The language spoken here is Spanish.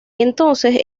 entonces